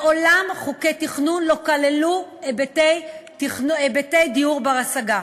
מעולם חוקי תכנון לא כללו היבטי דיור בר-השגה.